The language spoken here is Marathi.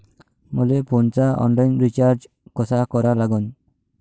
मले फोनचा ऑनलाईन रिचार्ज कसा करा लागन?